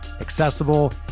accessible